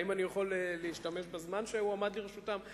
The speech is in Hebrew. האם אני יכול להשתמש בזמן שהועמד לרשותם,